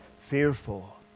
fearful